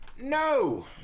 No